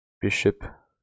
Bishop